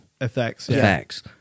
effects